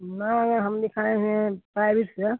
नाम हम लिखाऍं हैं प्राइवे से या